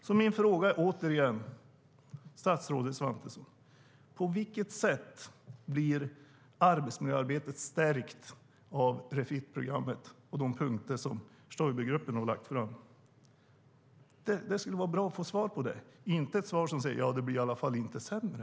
På vilket sätt, statsrådet Svantesson, blir arbetsmiljöarbetet stärkt av Refit-programmet och de punkter som Stoibergruppen har lagt fram? Det skulle vara bra att få svar på den frågan, men det ska inte vara ett svar som går ut på att det i alla fall inte blir sämre.